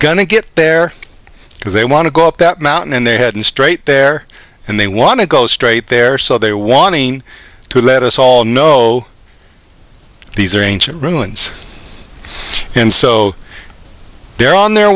to get there because they want to go up that mountain and they hadn't straight there and they want to go straight there so they want to let us all know these are ancient ruins and so they're on their